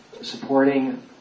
supporting